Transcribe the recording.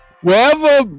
Wherever